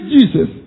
Jesus